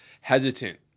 hesitant